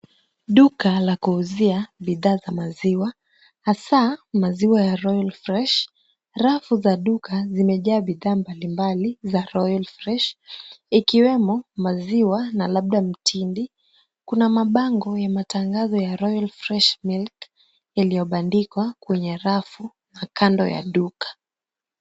Duka la kuuzia bidhaa za maziwa, hasa maziwa ya Royal Fresh. Rafu za duka zimejaa bidhaa mbalimbali za Royal Fresh, ikiwemo maziwa na labda mtindi. Kuna mabango ya matangazo ya Royal Fresh Milk, yaliyobandikwa kwenye rafu na kando ya duka.